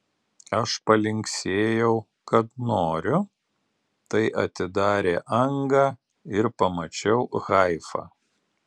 aš palinksėjau kad noriu tai atidarė angą ir pamačiau haifą